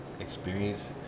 experience